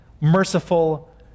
merciful